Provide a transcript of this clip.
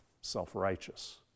self-righteous